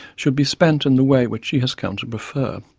should be spent in the way which she has come to prefer.